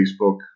Facebook